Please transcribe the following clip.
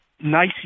nice